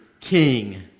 king